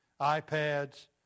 iPads